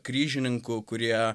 kryžininkų kurie